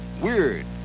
Weird